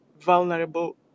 vulnerable